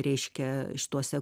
reiškia šituose